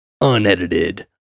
unedited